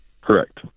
Correct